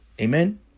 Amen